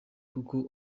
kuko